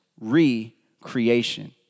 re-creation